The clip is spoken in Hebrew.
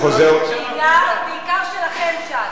בעיקר שלכם, ש"ס.